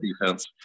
defense